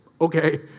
Okay